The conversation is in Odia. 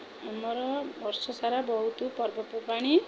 ଆମର ବର୍ଷସାରା ବହୁତ ପର୍ବପର୍ବାଣି